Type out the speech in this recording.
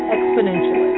Exponentially